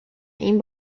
این